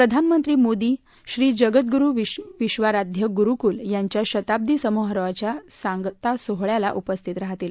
प्रधानमंत्री मोदी श्री जगतगुरु विश्वाराध्य गुरूकुल यांच्या शताब्दी समारोहाच्या सांगता सोहळ्याला उपस्थित राहतील